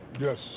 Yes